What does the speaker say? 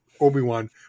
Obi-Wan